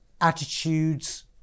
attitudes